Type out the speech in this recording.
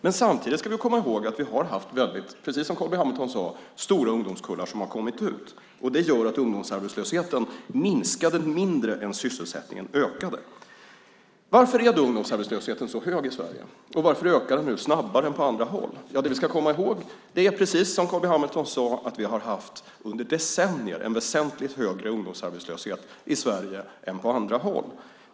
Men samtidigt ska vi komma ihåg att vi har haft väldigt stora ungdomskullar som har kommit ut, som Carl B Hamilton också sade. Det gör att ungdomsarbetslösheten minskade mindre än sysselsättningen ökade. Varför är då ungdomsarbetslösheten så hög i Sverige? Och varför ökar den nu snabbare än på andra håll? Vi ska komma ihåg, precis som Carl B Hamilton sade, att vi under decennier har haft en väsentligt högre ungdomsarbetslöshet i Sverige än på andra håll.